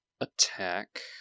attack